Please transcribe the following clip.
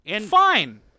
Fine